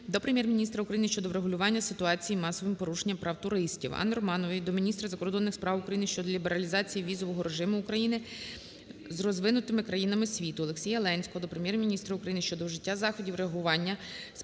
до Прем'єр-міністра України щодо врегулювання ситуації з масовими порушеннями прав туристів. Анни Романової до міністра закордонних справ України щодо лібералізації візового режиму України з розвинутими країнами світу. Олексія Ленського до Прем'єр-міністра України щодо вжиття заходів реагування, спрямованих